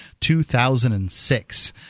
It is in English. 2006